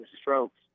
strokes